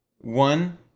one